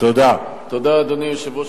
אדוני היושב-ראש,